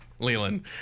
Leland